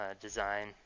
design